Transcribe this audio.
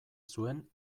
zuen